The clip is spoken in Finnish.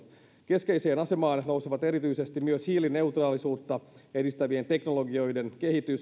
keskeiseen asemaan nousevat erityisesti myös hiilineutraalisuutta edistävien teknologioiden kehitys